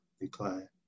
decline